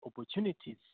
opportunities